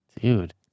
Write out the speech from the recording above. Dude